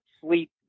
Sleep